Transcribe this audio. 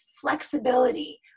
flexibility